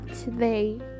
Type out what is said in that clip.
today